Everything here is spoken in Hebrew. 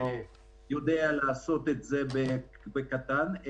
שיודע לעשות את זה בקטן,